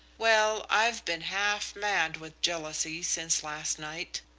well, i've been half mad with jealousy since last night.